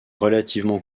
relativement